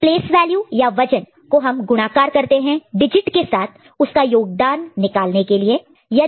place value या वजन weight weight को हम गुणाकार मल्टीप्लाई multiply करते हैं डिजिट के साथ उसका योगदान कंट्रीब्यूशन contribution निकालने के लिए